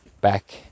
Back